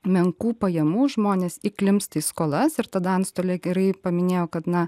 menkų pajamų žmonės įklimpsta į skolas ir tada antstolė gerai paminėjo kad n